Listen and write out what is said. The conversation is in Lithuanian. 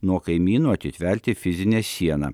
nuo kaimynų atitverti fizine siena